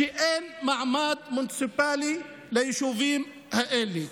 שאין מעמד מוניציפלי ביישובים האלה,